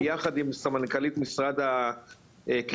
ביחד עם סמנכ"לית משרד הקליטה,